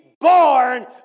born